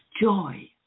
joy